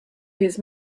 his